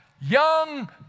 young